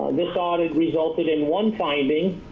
and this audit resulted in one finding.